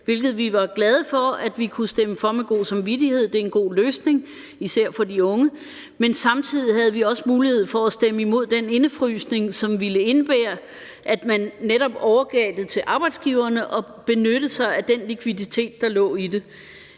hvilket vi var glade for vi kunne stemme for med god samvittighed. Det er en god løsning, især for de unge. Men samtidig havde vi også mulighed for at stemme imod den indefrysning, som ville indebære, at man netop overgav det til arbejdsgiverne at benytte sig af den likviditet, der lå i det.